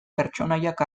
pertsonaiak